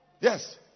Yes